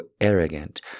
arrogant